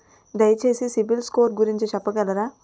దయచేసి సిబిల్ స్కోర్ గురించి చెప్పగలరా?